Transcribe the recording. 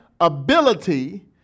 ability